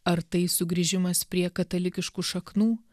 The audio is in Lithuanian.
ar tai sugrįžimas prie katalikiškų šaknų